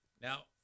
Now